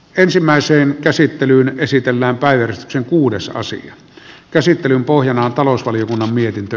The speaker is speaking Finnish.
ensimmäiseen käsittelyyn esitellään väyryskin kuudessa asian käsittelyn pohjana on talousvaliokunnan mietintö